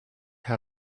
how